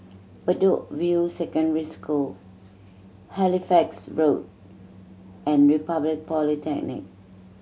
Bedok View Secondary School Halifax Road and Republic Polytechnic